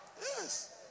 yes